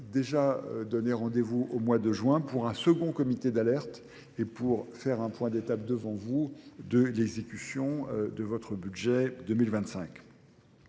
nous sommes déjà donné rendez-vous au mois de juin pour un second comité d'alerte et pour faire un point d'étape devant vous de l'exécution de votre budget 2025.